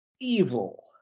evil